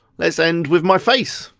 let's end with my face.